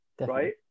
right